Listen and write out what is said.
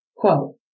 Quote